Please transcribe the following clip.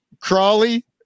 Crawley